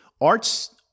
arts